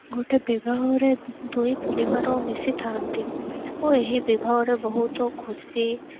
ଗୋଟେ ବିବାହରେ ଦୁଇ ପରିବାର ମିଶିଥାନ୍ତି ଓ ଏହି ବିବାହରେ ବହୁତ ଖୁସି